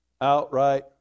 Outright